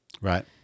Right